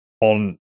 on